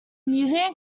museum